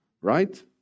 Right